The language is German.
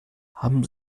haben